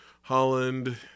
Holland